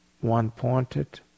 one-pointed